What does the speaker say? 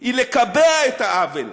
היא לקבע את העוול.